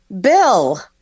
Bill